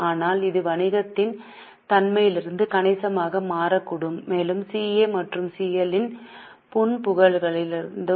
ஆனால் இது வணிகத்தின் தன்மையிலிருந்து கணிசமாக மாறக்கூடும் மேலும் CA மற்றும் CL இன் பண்புகளிலிருந்தும்